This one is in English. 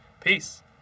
Peace